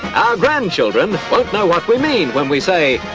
our grandchildren won't know what we mean when we say,